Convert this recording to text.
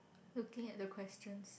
looking at the questions